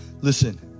Listen